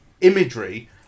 imagery